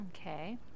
Okay